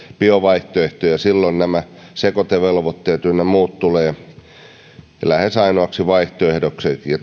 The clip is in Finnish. biovaihtoehtoja silloin nämä sekoitevelvoitteet ja tämä etanolivaihtoehto ynnä muut tulevat lähes ainoaksi vaihtoehdoksi